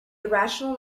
irrational